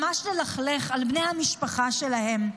ממש ללכלך על בני המשפחה שלהם?